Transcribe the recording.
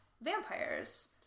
Vampires